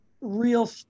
real